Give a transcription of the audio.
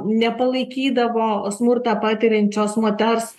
nepalaikydavo smurtą patiriančios moters